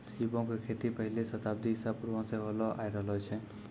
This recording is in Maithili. सीपो के खेती पहिले शताब्दी ईसा पूर्वो से होलो आय रहलो छै